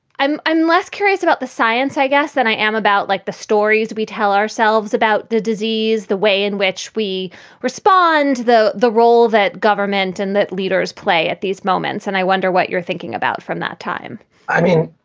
i'm i'm less curious about the science, i guess, than i am about like the stories we tell ourselves about the disease, the way in which we respond to the role that government and that leaders play at these moments. and i wonder what you're thinking about from that time i mean,